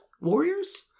Warriors